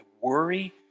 worry